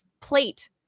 plate